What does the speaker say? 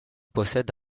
possède